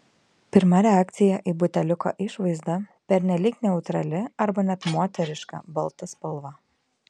pirma reakcija į buteliuko išvaizdą pernelyg neutrali arba net moteriška balta spalva